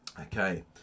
Okay